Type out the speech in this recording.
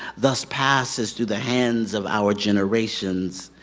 thus passes through the hands of our generations.